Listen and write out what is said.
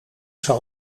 zal